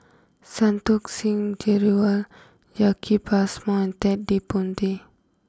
Santokh Singh Grewal Jacki Passmore and Ted De Ponti